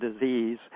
disease